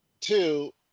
Two